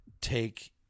take